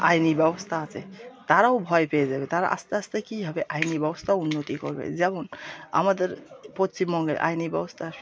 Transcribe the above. আইনি ব্যবস্থা আছে তারাও ভয় পেয়ে যাবে তারা আস্তে আস্তে কী হবে আইনি ব্যবস্থা উন্নতি করবে যেমন আমাদের পশ্চিমবঙ্গের আইনি ব্যবস্থা